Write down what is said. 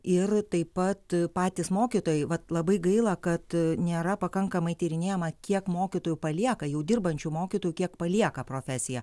ir taip pat patys mokytojai vat labai gaila kad nėra pakankamai tyrinėjama kiek mokytojų palieka jau dirbančių mokytojų kiek palieka profesiją